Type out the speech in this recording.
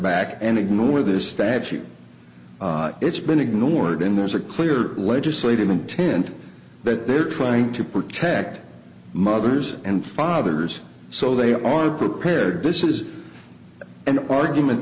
back and ignore this statute it's been ignored and there's a clear legislative intent that they're trying to protect mothers and fathers so they are good paired this is an argument